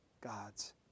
God's